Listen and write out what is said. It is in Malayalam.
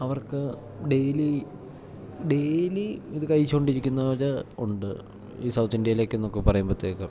അവർക്ക് ഡെയ്ലി ഡെയ്ലി ഇത് കഴിച്ചോണ്ടിരിക്കുന്നവർക്ക് ഉണ്ട് ഈ സൗത്തിന്ത്യേലേക്കെന്നൊക്കെ പറയുമ്പത്തേക്ക്